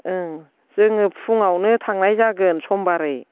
ओं जोङो फुङावनो थांनाय जागोन समबारै